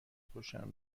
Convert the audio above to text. خوشم